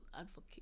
advocate